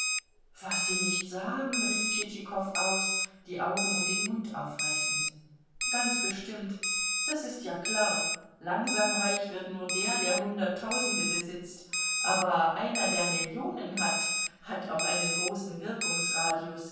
was sie nicht sagen rief tschitschikow aus die augen und den mund aufreißend ganz bestimmt das ist ja klar langsam reich wird nur der der hunderttausende besitzt aber einer der millionen hat hat auch einen großen